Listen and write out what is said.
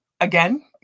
again